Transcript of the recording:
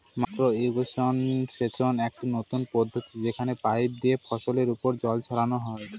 micro irrigation সেচের একটি নতুন পদ্ধতি যেখানে পাইপ দিয়ে ফসলের ওপর জল ছড়ানো হয়